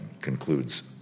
concludes